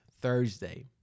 Thursday